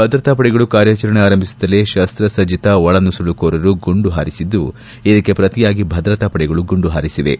ಭದ್ರತಾ ಪಡೆಗಳು ಕಾರ್ಯಾಚರಣೆ ಆರಂಭಿಸುತ್ತಲೇ ಶಸ್ತ ಸಜ್ಜಿತ ಒಳನುಸುಳು ಕೋರರು ಗುಂಡು ಹಾರಿಸಿದ್ದು ಇದಕ್ಕೆ ಪ್ರತಿಯಾಗಿ ಭದ್ರತಾಪಡೆಗಳು ಗುಂಡು ಹಾರಿಸಿವೆ